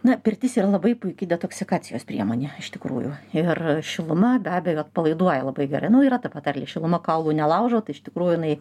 na pirtis yra labai puiki detoksikacijos priemonė iš tikrųjų ir šiluma be abejo atpalaiduoja labai gerai nu yra ta patarlė šiluma kaulų nelaužo tai iš tikrųjų jinai